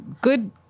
good